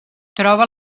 troba